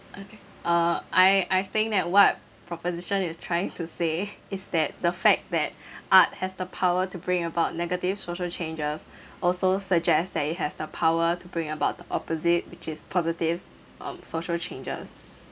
uh I I think that what proposition is trying to say is that the fact that art has the power to bring about negative social changes also suggests that it has the power to bring about the opposite which is positive on social changes